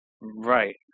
right